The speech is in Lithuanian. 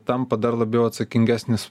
tampa dar labiau atsakingesnis